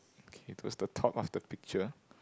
okay towards the top of the picture